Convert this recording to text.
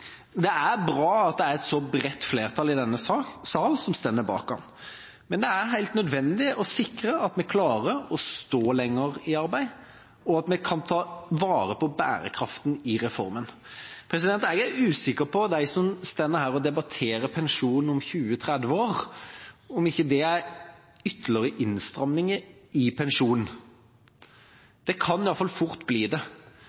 Det er bra at det er et så bredt flertall i denne sal som står bak den. Men det er helt nødvendig å sikre at vi klarer å stå lenger i arbeid, og at vi kan ta vare på bærekraften i reformen. Jeg er usikker på dem som står her og debatterer pensjon om 20–30 år – om det ikke er ytterligere innstramninger i pensjonen. Det